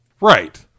right